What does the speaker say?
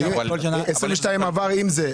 2022 עבר עם זה.